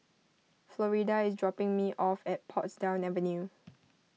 Florida is dropping me off at Portsdown Avenue